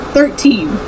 Thirteen